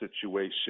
situation